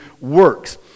works